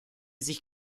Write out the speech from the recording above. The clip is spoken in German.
sich